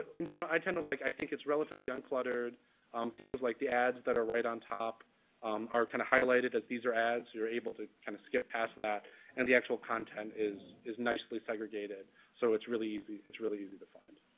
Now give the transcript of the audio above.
in general, i tend to like, i think it's relatively uncluttered um things like the ads that are right on top um or kind of highlighted as these are ads. you're able to kind of skip pass that and the actual content is is nicely segregated, so it's really easy it's really easy to find.